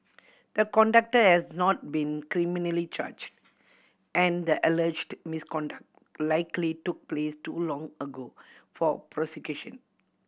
the conductor has not been criminally charged and the alleged misconduct likely took place too long ago for prosecution